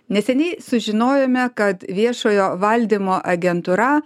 neseniai sužinojome kad viešojo valdymo agentūra